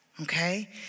okay